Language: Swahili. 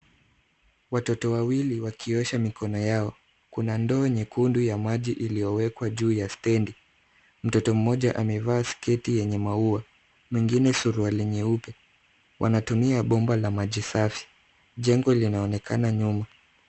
Watoto wawili wakiosha mikono yao. Kuna ndoo nyekundu ya maji iliyowekwa juu ya stedi. Mtoto mmoja amevaa sketi yenye maua, mwingine suruali nyeupe. Wanatumia bomba la maji safi. Jengo linaonekana nyuma.